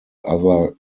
other